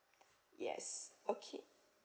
yes okay